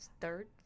third